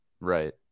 Right